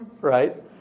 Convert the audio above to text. right